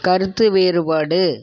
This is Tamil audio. கருத்து வேறுபாடு